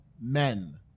men